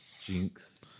Jinx